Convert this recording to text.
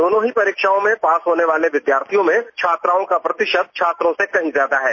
दोनों ही परीक्षाओं में पास होने वाले विद्यार्थियों में छात्राओं का प्रतिशत छात्रों से कहीं ज्यादा है